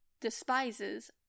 despises